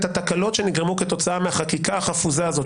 התקלות שנגרמו כתוצאה מהחקיקה החפוזה הזאת,